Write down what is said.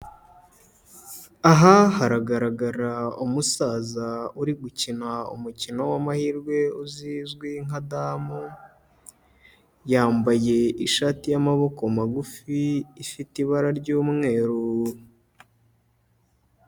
Aha haragaragara umusaza uri gukina umukino w'amahirwe uzizwi nka damu, yambaye ishati y'amaboko magufi ifite ibara ry'umweru.